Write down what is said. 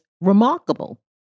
remarkable